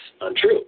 untrue